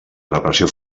repressió